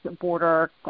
border